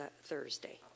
Thursday